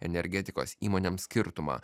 energetikos įmonėms skirtumą